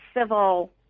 civil